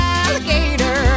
alligator